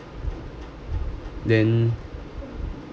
then